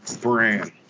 brand